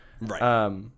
Right